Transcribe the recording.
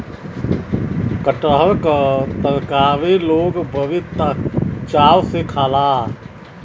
कटहर क तरकारी लोग बड़ी चाव से खाला